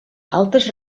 altres